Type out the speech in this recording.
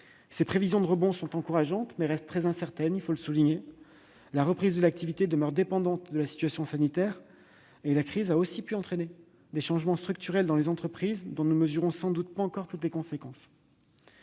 Ces prévisions sont encourageantes, mais elles restent très incertaines. La reprise de l'activité demeure dépendante de la situation sanitaire, et la crise a aussi pu entraîner des changements structurels dans les entreprises, dont nous ne mesurons sans doute pas encore toutes les conséquences.